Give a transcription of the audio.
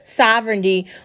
sovereignty